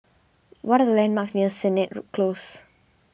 what are the landmarks near Sennett Close